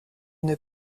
une